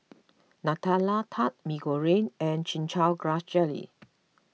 Nutella Tart Mee Goreng and Chin Chow Grass Jelly